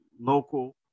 local